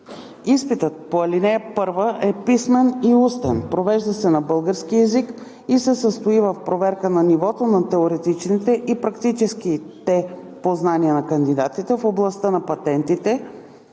Изпитът по ал. 1 е писмен и устен, провежда се на български език и се състои в проверка на нивото на теоретичните и практическите познания на кандидатите в областта на патентите,